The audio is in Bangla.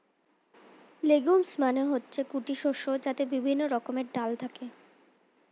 লেগুমস মানে হচ্ছে গুটি শস্য যাতে বিভিন্ন রকমের ডাল থাকে